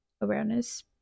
awareness